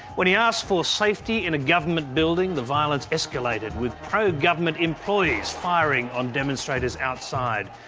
when he asked for safety in a government building, the violence escalated, with pro-government employees firing on demonstrators outside.